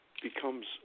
becomes